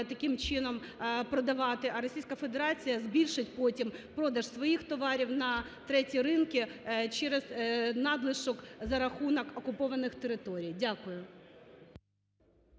таким чином продавати, а Російська Федерація збільшить потім продаж своїх товарів на треті ринки через надлишок за рахунок окупованих територій. Дякую.